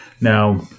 Now